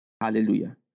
Hallelujah